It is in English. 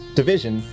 division